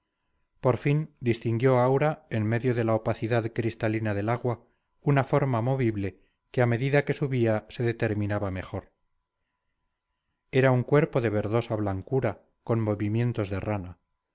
por fin distinguió aura en medio de la opacidad cristalina del agua una forma movible que a medida que subía se determinaba mejor era un cuerpo de verdosa blancura con movimientos de rana